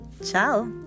ciao